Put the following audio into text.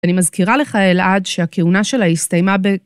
אני מזכירה לך אלעד שהכהונה שלה הסתיימה ב..